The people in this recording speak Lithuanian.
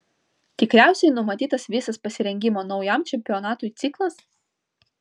tikriausiai numatytas visas pasirengimo naujam čempionatui ciklas